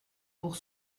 pour